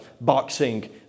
boxing